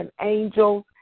angels